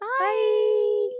Bye